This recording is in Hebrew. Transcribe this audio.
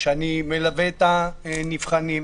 שאני מלווה את הנבחנים,